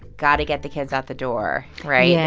got to get the kids out the door right? yeah